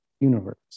universe